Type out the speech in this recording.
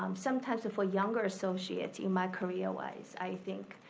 um sometimes if a younger associate in my career-wise, i think,